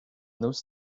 those